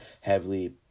heavily